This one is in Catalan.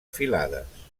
filades